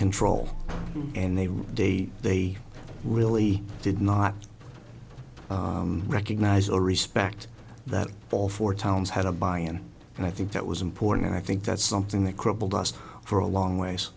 control and they were they they really did not recognize or respect that all four towns had a buy in and i think that was important and i think that's something that crippled us for a long ways